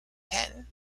pin